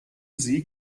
sieg